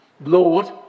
Lord